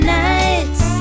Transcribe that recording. nights